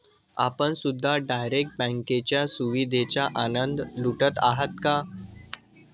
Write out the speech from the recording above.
आपण सुद्धा डायरेक्ट बँकेच्या सुविधेचा आनंद लुटत आहात का?